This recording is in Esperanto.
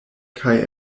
kaj